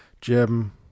Jim